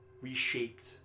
reshaped